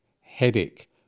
headache